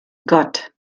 gott